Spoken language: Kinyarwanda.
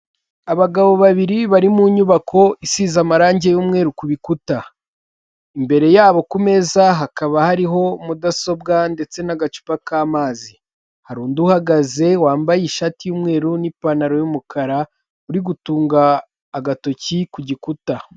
Abagabo babiri bari mu nyubako isize amarangi y'umweru ku bikuta. Imbere yabo ku meza hakaba hariho mudasobwa ndetse n'agacupa k'amazi. Hari undi uhagaze wambaye ishati y'umweru n'ipantaro y'umukara, uri gutunga agatoki ku gikuta.